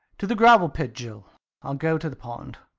to the gravel pit, jill i'll go to the pond.